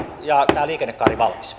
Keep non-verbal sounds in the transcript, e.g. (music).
ja tämä liikennekaari valmis (unintelligible)